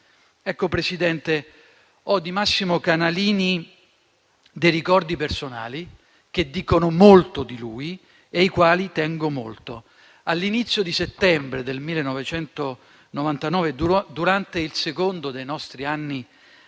Signora Presidente, ho di Massimo Canalini dei ricordi personali che dicono molto di lui e ai quali tengo molto. All'inizio di settembre del 1999, durante il secondo dei nostri anni